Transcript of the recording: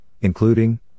including